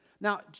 Now